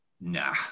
Nah